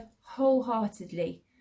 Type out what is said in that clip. wholeheartedly